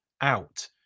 out